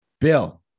Bill